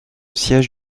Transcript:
siège